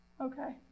okay